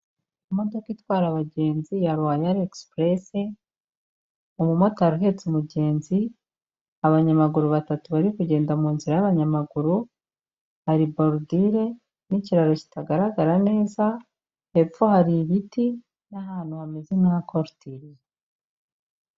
Imodoka itwara abagenzi ya rowaya egisipuresi umumotari uhetse umugenzi. Abanyamaguru batatu bari kugenda mu nzira y'abanyamaguru, hari borudire n'ikiraro kitagaragara neza. Hepfo hari ibiti ni ahantu hameze nkahakorutiriye.